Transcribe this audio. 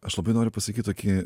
aš labai noriu pasakyt tokį